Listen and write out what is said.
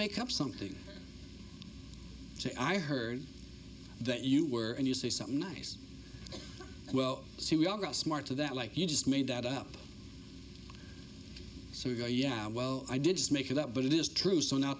make up something i heard that you were and you say something nice well see ya got smart to that like you just made that up so you go yeah well i did just make it up but it is true so now